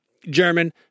German